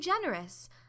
generous